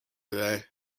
today